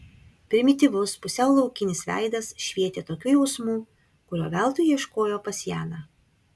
primityvus pusiau laukinis veidas švietė tokiu jausmu kurio veltui ieškojo pas janą